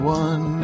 one